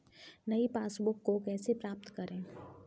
नई पासबुक को कैसे प्राप्त करें?